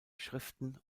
schriften